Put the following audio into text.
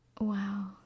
wow